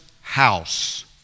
house